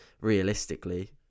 realistically